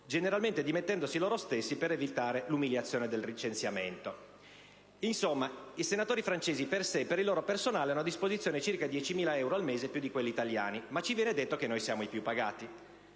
generalmente dimettendosi loro stessi per evitare l'umiliazione del licenziamento. Insomma, i senatori francesi, per sé e per il loro personale, hanno a disposizione circa 10.000 euro al mese più di quelli italiani, ma ci viene detto che noi siamo i più i pagati.